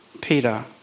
Peter